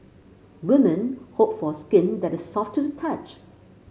women hope for skin that is soft to the touch